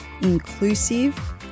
inclusive